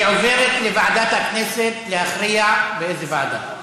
היא עוברת לוועדת הכנסת שתכריע באיזו ועדה.